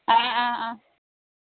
অঁ অঁ অঁ